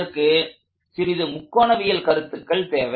அதற்கு சிறிது முக்கோணவியல் கருத்துக்கள் தேவை